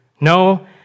No